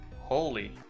Holy